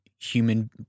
Human